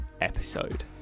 episode